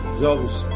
jobs